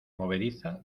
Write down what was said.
movediza